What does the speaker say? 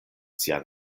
sian